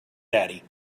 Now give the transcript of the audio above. daddy